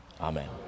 Amen